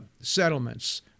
settlements